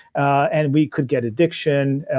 and we could get addiction.